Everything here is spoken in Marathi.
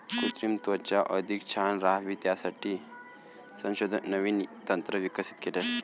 कृत्रिम त्वचा अधिक छान राहावी यासाठी संशोधक नवीन तंत्र विकसित केले आहे